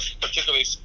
particularly